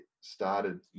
started